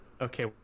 Okay